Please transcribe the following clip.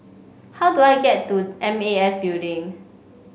how do I get to M A S Building